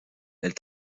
elle